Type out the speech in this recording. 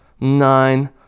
nine